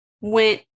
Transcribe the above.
went